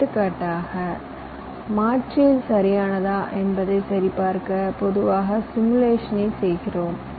எடுத்துக்காட்டாக மாற்றியது சரியானதா என்பதைச் சரிபார்க்க பொதுவாக சிமுலேஷன் ஐ செய்கிறோம்